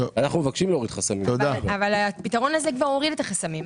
אבל אנחנו מבקשים להוריד חסמים,